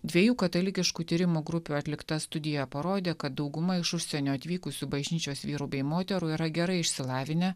dviejų katalikiškų tyrimo grupių atlikta studija parodė kad dauguma iš užsienio atvykusių bažnyčios vyrų bei moterų yra gerai išsilavinę